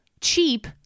cheap